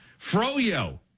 Froyo